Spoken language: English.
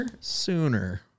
Sooner